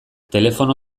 telefono